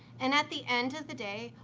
and at the end of the day,